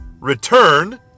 return